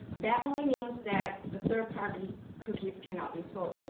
that only means that the third party cookies cannot be sold.